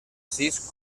sis